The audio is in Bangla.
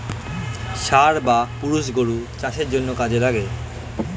ষাঁড় বা পুরুষ গরু চাষের জন্যে কাজে লাগে